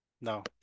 No